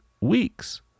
weeks